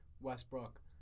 Westbrook